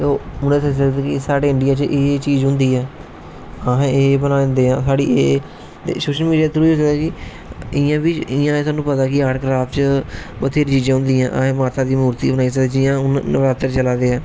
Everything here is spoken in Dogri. ते हून साढ़े इंडिया च एह् चीज होंदी ऐ हां भला ऐ ते सोशल मिडिया दे थ्रू एह् होई सकदा कि स्हानू पता है कि आर्ट एडं कराफ्ट च बथ्हेरी चीजां होंदी ऐ असें माता दी मूर्ती बनाई सकदे जियां हून नवरात्रे चला दे